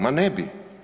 Ma ne bi.